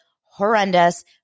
horrendous